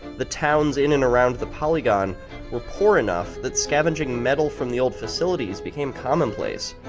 the towns in and around the polygon were poor enough that scavenging metal from the old facilities became commonplace,